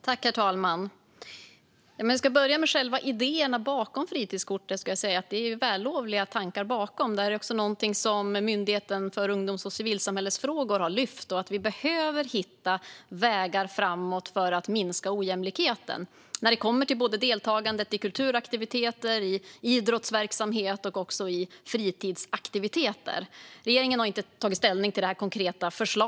Herr talman! Jag börjar med själva idéerna bakom fritidskortet. Jag skulle säga att tankarna bakom detta är vällovliga. Myndigheten för ungdoms och civilsamhällesfrågor har också lyft upp att vi behöver hitta vägar framåt för att minska ojämlikheten när det kommer till deltagandet i kulturaktiviteter, i idrottsverksamhet och i fritidsaktiviteter. Regeringen har inte tagit ställning till detta konkreta förslag.